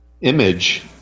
image